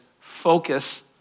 focus